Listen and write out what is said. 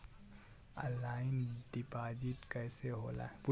Online deposit कैसे होला?